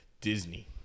Disney